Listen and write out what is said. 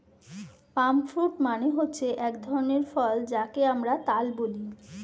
পাম fruit মানে হচ্ছে এক ধরনের ফল যাকে আমরা তাল বলি